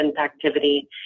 activity